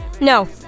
No